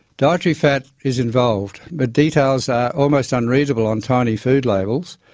dietary fat is involved but details are almost unreadable on tiny food labels,